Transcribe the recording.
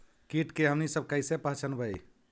किट के हमनी सब कईसे पहचनबई?